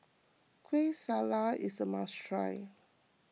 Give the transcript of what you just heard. Kueh Salat is a must try